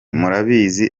murabizi